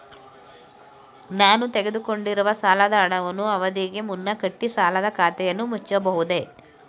ನಾನು ತೆಗೆದುಕೊಂಡಿರುವ ಸಾಲದ ಹಣವನ್ನು ಅವಧಿಗೆ ಮುನ್ನ ಕಟ್ಟಿ ಸಾಲದ ಖಾತೆಯನ್ನು ಮುಚ್ಚಬಹುದೇ?